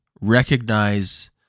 Recognize